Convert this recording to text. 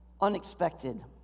unexpected